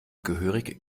gehörig